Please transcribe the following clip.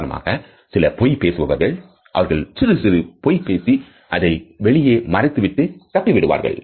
உதாரணமாக சில பொய் பேசுபவர்கள் அவர்கள் சிறுசிறு பொய் பேசி அதை வெளியே மறைத்துவிட்டு தப்பிவிடுவார்கள்